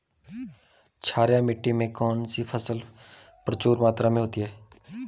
क्षारीय मिट्टी में कौन सी फसल प्रचुर मात्रा में होती है?